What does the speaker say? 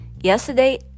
Yesterday